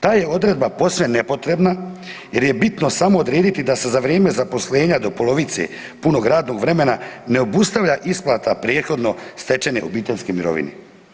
Ta je odredba posve nepotrebna jer je bitno samo odrediti da se za vrijeme zaposlenja do polovice punog radnog vremena ne obustavlja isplata prethodno stečene obiteljske mirovine.